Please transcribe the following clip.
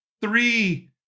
three